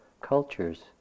cultures